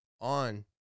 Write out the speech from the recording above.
on